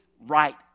right